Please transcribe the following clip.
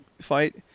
fight